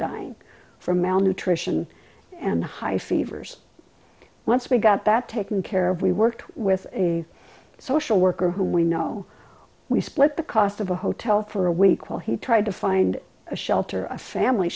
dying from malnutrition and high fevers once we got that taken care of we worked with a social worker who we know we split the cost of a hotel for a week while he tried to find a shelter or a family